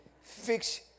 Fix